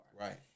Right